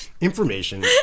Information